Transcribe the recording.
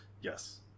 Yes